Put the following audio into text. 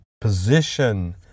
position